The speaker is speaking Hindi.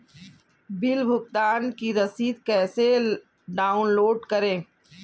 बिल भुगतान की रसीद कैसे डाउनलोड करें?